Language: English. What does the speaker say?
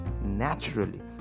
naturally